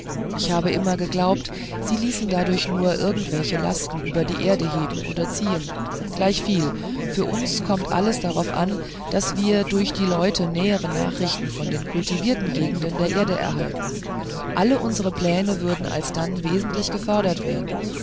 ich habe immer geglaubt sie ließen dadurch nur irgendwelche lasten über die erde heben oder ziehen gleichviel für uns kommt alles darauf an daß wir durch die leute nähere nachrichten von den kultivierten gegenden der erde erhalten alle unsere pläne würden alsdann wesentlich gefördert werden